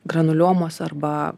granuliomos arba